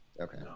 okay